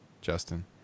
Justin